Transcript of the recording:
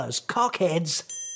Cockheads